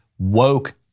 woke